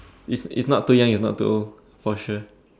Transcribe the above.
is is not too young is not too old for sure